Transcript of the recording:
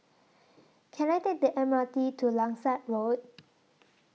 Can I Take The M R T to Langsat Road